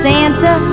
Santa